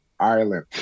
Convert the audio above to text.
ireland